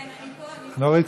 כן, אני פה, אני פה.